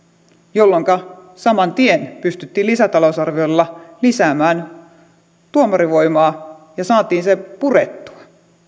jolloinka saman tien pystyttiin lisätalousarviolla lisäämään tuomarivoimaa ja saatiin se purettua